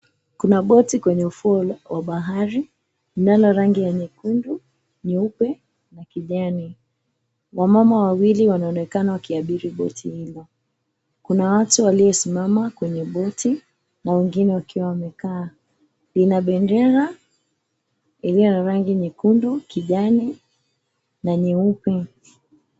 Kuna boti kwenye ufuo wa bahari. Linalo rangi ya nyekundu, nyeupe na kijani. Wamama wawili wanaonekana wakiabiri boti hilo. Kuna watu waliosimama kwenye boti, na wengine wakiwa wamekaa. Lina bendera, iliyo na rangi nyekundu, kijani na nyeupe.